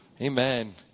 Amen